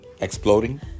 exploding